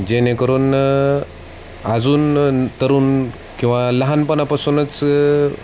जेणेकरून अजून तरुण किंवा लहानपणापासूनच